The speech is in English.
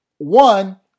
One